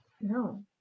no